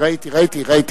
והבה.